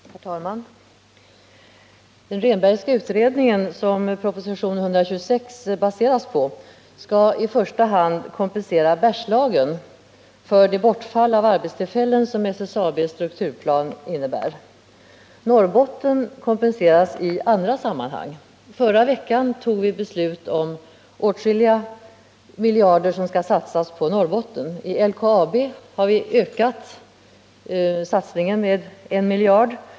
Herr talman! Den Rehnbergska utredningen, som propositionen 126 baseras på, skall i första hand kompensera Bergslagen för det bortfall av arbetstillfällen som SSAB:s strukturplan innebär. Norrbotten kompenseras i andra sammanhang. I förra veckan tog vi beslut om att åtskilliga miljarder skall satsas på Norrbotten. Vi har ökat satsningen på LKAB med 1 miljard.